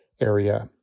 area